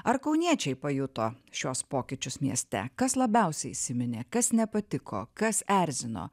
ar kauniečiai pajuto šiuos pokyčius mieste kas labiausiai įsiminė kas nepatiko kas erzino